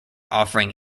offering